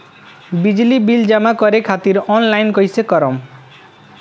बिजली बिल जमा करे खातिर आनलाइन कइसे करम?